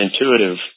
intuitive